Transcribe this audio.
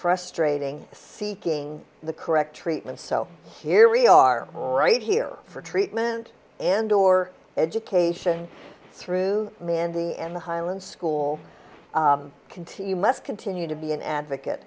frustrating seeking the correct treatment so here we are right here for treatment and or education through mandi and the highland school continue must continue to be an advocate